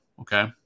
Okay